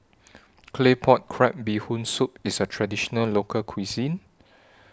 Claypot Crab Bee Hoon Soup IS A Traditional Local Cuisine